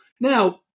now